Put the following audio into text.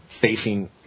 facing